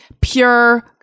pure